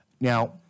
Now